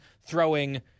throwing